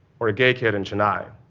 or a gay kid in chennai?